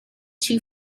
too